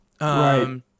Right